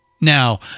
Now